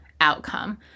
outcome